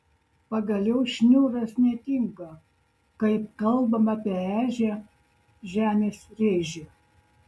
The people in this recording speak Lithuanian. pagaliau šniūras netinka kai kalbame apie ežią žemės rėžį